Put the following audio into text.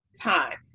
time